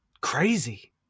crazy